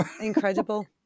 Incredible